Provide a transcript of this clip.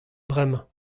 bremañ